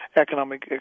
economic